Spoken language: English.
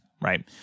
Right